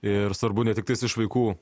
ir svarbu ne tiktai iš vaikų